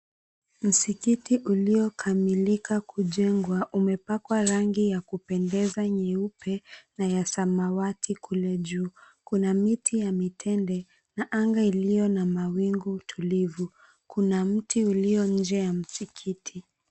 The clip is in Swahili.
Msikiti uliokamilika kujengwa umepakwa rangi ya kupendeza nyeupe na ya samawati kule juu, kuna miti ya mitende na anga ilio na mawingu tulivu kuna miti nje ya msikiti.